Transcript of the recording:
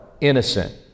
innocent